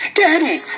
daddy